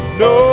no